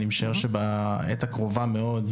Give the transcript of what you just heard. אני משער שבעת הקרובה מאוד,